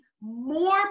more